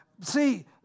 See